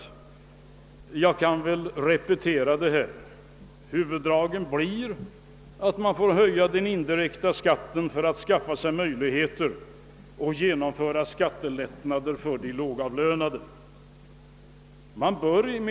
Men jag kan repetera att det väsentliga blir att höja den indirekta skatten för att skapa möjligheter att åstadkomma skattelättnader för de lågavlönade.